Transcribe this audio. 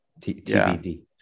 TBD